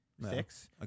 six